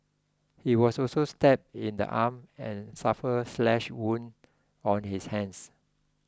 he was also stabbed in the arm and suffered slash wounds on his hands